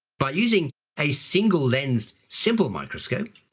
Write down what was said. by using a single lensed simple microscope,